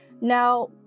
Now